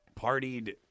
partied